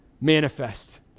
manifest